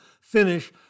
finish